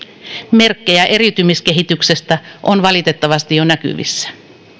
merkkejä eriytymiskehityksestä on valitettavasti jo näkyvissä